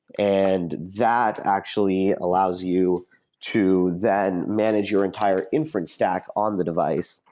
and that actually allows you to then manage your entire inference stack on the device,